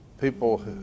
people